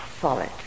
solid